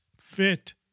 fit